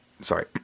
Sorry